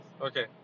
okay